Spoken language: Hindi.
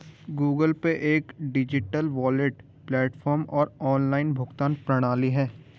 गूगल पे एक डिजिटल वॉलेट प्लेटफ़ॉर्म और ऑनलाइन भुगतान प्रणाली है